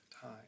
time